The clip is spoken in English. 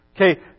Okay